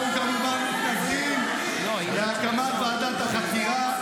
אנחנו כמובן מתנגדים להקמת ועדת החקירה.